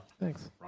Thanks